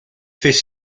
fes